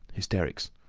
hysterics.